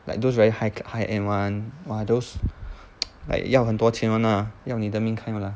like those very high high end [one] !wah! those like 要很多钱 [one] lah 要你的命 kind [one] lah